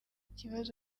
ikibazo